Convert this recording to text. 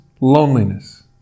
loneliness